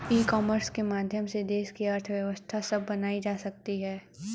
ई commerce के माध्यम से देश की अर्थव्यवस्था सबल बनाई जा सकती है